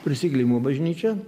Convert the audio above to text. prisikėlimo bažnyčia